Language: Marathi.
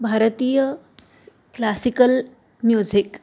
Bharatiya classical music